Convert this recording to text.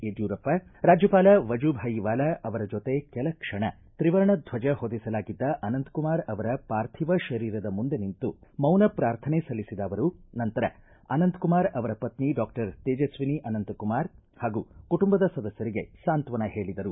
ಯಡ್ಯೂರಪ್ಪ ರಾಜ್ಯಪಾಲ ವಜುಭಾಯಿ ವಾಲಾ ಅವರ ಜೊತೆ ಕೆಲ ಕ್ಷಣ ತ್ರಿವರ್ಣ ಧ್ವಜ ಹೊದಿಸಲಾಗಿದ್ದ ಅನಂತ್ ಕುಮಾರ್ ಅವರ ಪಾರ್ಥಿವ ಶರೀರದ ಮುಂದೆ ನಿಂತು ಮೌನ ಪ್ರಾರ್ಥನೆ ಸಲ್ಲಿಸಿದ ಅವರು ನಂತರ ಅನಂತ್ ಕುಮಾರ್ ಅವರ ಪತ್ನಿ ಡಾಕ್ಟರ್ ತೇಜಸ್ವಿನಿ ಅನಂತಕುಮಾರ್ ಹಾಗೂ ಕುಟುಂಬದ ಸದಸ್ವರಿಗೆ ಸಾಂತ್ವನ ಹೇಳಿದರು